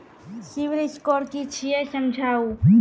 Civil score कि छियै समझाऊ?